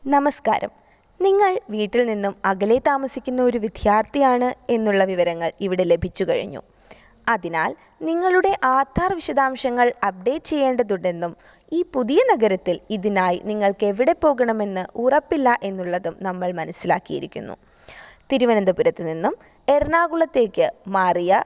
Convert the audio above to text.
നമസ്ക്കാരം നിങ്ങള് വീട്ടില്നിന്നും അകലെ താമസിക്കുന്ന ഒരു വിദ്യര്ത്ഥിയാണ് എന്നുള്ള വിവരങ്ങള് ഇവിടെ ലഭിച്ചു കഴിഞ്ഞു അതിനാല് നിങ്ങളുടെ ആധാര് വിശധാംശങ്ങള് അപ്ഡേറ്റ് ചെയ്യേണ്ടതുണ്ടെന്നും ഈ പുതിയ നഗരത്തില് ഇതിനായി നിങ്ങൾക്കെവിടെ പോകണമെന്ന് ഉറപ്പില്ല എന്നുള്ളതും നമ്മള് മനസ്സിലാക്കിയിരിക്കുന്നു തിരുവനന്തപുരത്ത് നിന്നും എറണാകുളത്തേക്ക് മാറിയ